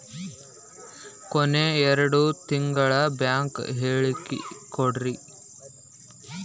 ಕೊನೆ ಎರಡು ತಿಂಗಳದು ಬ್ಯಾಂಕ್ ಹೇಳಕಿ ಕೊಡ್ರಿ